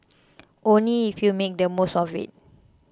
only if you make the most of it